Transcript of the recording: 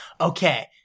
Okay